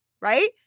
right